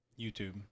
YouTube